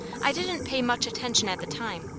i didn't pay much attention at the time,